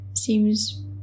Seems